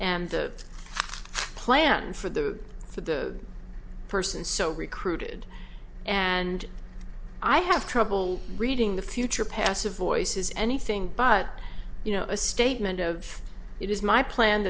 and the plan for the for the person so recruited and i have trouble reading the future passive voice is anything but you know a statement of it is my plan